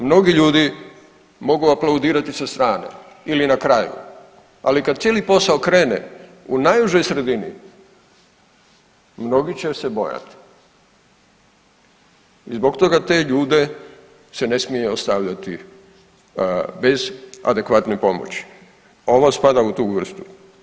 Mnogi ljudi mogu aplaudirati sa strane ili na kraju, ali kad cijeli posao krene u najužoj sredini mnogi će se bojati i zbog toga te ljude se ne smije ostavljati bez adekvatne pomoći, ovo spada u tu vrstu.